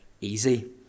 easy